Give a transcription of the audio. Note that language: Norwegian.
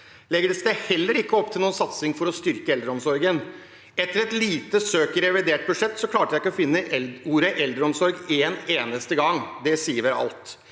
legges det heller ikke opp til noen satsing for å styrke eldreomsorgen. Etter et lite søk i revidert budsjett klarte jeg ikke å finne ordet «eldreomsorg» én eneste gang. Det sier vel alt.